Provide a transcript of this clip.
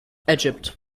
egypt